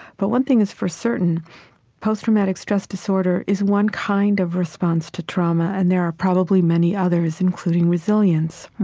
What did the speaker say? but one thing is for certain post-traumatic stress disorder is one kind of response to trauma, and there are probably many others, including resilience